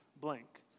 blank